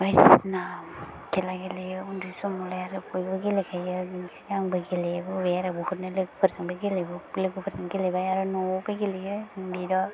बायदिसिना खेला गेलेयो उन्दै समावलाय आरो बयबो गेलेखायो बेखायनो आंबो गेलेबोबाय आरो बहुदनो लोगोफोरजोंबो गेलेबो लोगोफोरजों गेलेबाय आरो न'वावबो गेलेयो बिदा